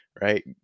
right